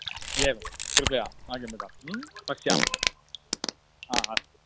एवं कृपया आगम्यतां पश्यामः महोदय हा अस्तु